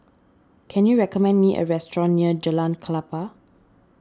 can you recommend me a restaurant near Jalan Klapa